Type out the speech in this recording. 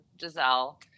Giselle